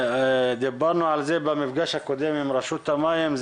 דיברנו על זה במפגש הקודם עם רשות המים.